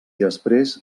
després